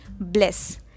bliss